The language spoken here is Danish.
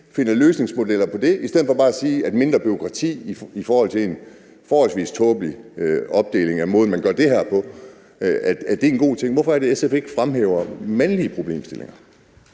ikke løsningsmodeller til det i stedet for bare at sige, at mindre bureaukrati i forhold til en forholdsvis tåbelig opdeling af måden, man gør det her på, er en god ting? Hvorfor er det, at SF ikke fremhæver mandlige problemstillinger?